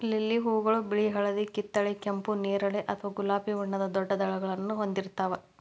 lily ಹೂಗಳು ಬಿಳಿ, ಹಳದಿ, ಕಿತ್ತಳೆ, ಕೆಂಪು, ನೇರಳೆ ಅಥವಾ ಗುಲಾಬಿ ಬಣ್ಣದ ದೊಡ್ಡ ದಳಗಳನ್ನ ಹೊಂದಿರ್ತಾವ